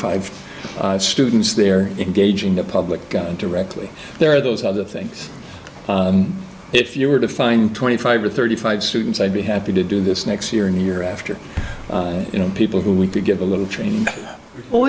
five students there engaging the public directly there are those other things if you were to find twenty five or thirty five students i'd be happy to do this next year in the year after you know people who we could get a little training o